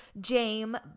James